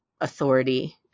authority